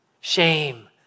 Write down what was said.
shame